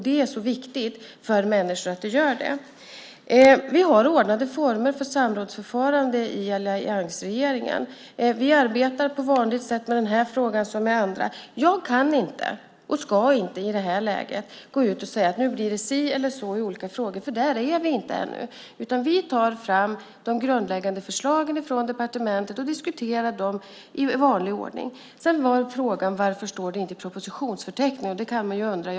Det är så viktigt för människor att de gör det. Vi har ordnade former för samrådsförfarande i alliansregeringen. Vi arbetar på vanligt sätt med den här frågan som med andra. Jag kan inte och ska inte i det här läget gå ut och säga att det blir si eller så i olika frågor. Där är vi inte ännu. Vi tar fram de grundläggande förslagen från departementet och diskuterar dem i vanlig ordning. Sedan var frågan varför det inte står i propositionsförteckningen. Det kan man undra.